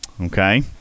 okay